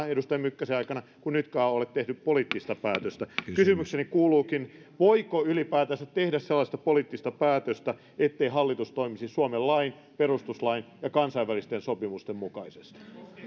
edustaja mykkäsen aikana kuin nytkään ole tehty poliittista päätöstä kysymykseni kuuluukin voiko ylipäätänsä tehdä sellaista poliittista päätöstä ettei hallitus toimisi suomen lain perustuslain ja kansainvälisten sopimusten mukaisesti